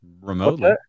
remotely